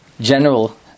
general